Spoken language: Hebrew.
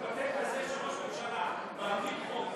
ראש הממשלה מאמין בו,